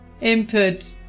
input